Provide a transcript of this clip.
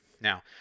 now